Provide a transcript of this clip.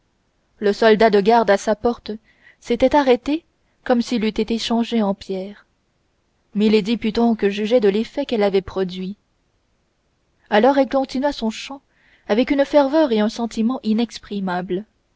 le soldat de garde à sa porte s'était arrêté comme s'il eût été changé en pierre milady put donc juger de l'effet qu'elle avait produit alors elle continua son chant avec une ferveur et un sentiment